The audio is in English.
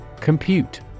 Compute